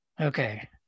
Okay